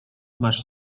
masz